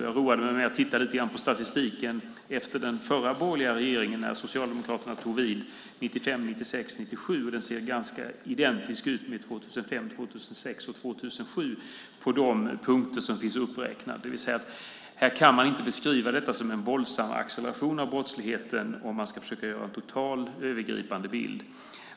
Jag roade mig med att titta lite på statistiken efter det förra borgerliga regeringsinnehavet då Socialdemokraterna tog vid, 1995-1997, och den ser ganska identisk ut med statistiken för åren 2005-2007 på de punkter som finns uppräknade. Man kan alltså inte beskriva detta som en våldsam acceleration av brottsligheten om man ska försöka måla upp en total, övergripande bild.